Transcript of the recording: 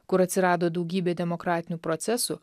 kur atsirado daugybė demokratinių procesų